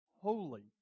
holy